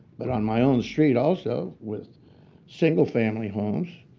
but on my own street, also, with single family homes,